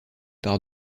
par